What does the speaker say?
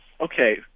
Okay